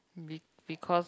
be because